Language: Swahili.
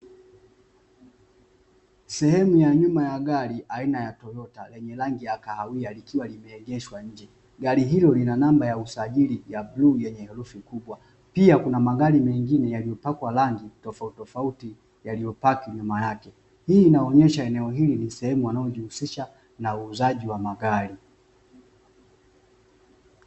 Sehemu ya nyuma ya gari aina ya "Toyota" lenye rangi ya kahawia likiwa limeegeshwa nje. Gari hilo lina namba ya usajili ya bluu, lenye herufi kubwa; pia kuna magari mengine yaliyo na rangi tofautitofauti nyuma yake. Hii inaonyesha ni sehemu inayojihusisha na magari.